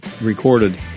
recorded